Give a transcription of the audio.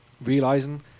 realizing